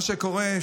מה שקורה,